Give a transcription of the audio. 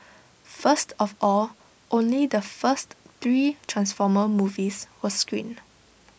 first of all only the first three transformer movies were screened